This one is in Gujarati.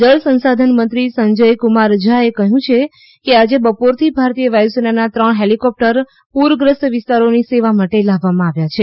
જળ સંસાધન મંત્રી સંજય કુમાર ઝા એ કહ્યું છે કે આજે બપોરથી ભારતીય વાયુસેનાના ત્રણ હેલીકોપ્ટર પુરગ્રસ્ત વિસ્તારોની સેવા માટે લાવવમાં આવ્યા છે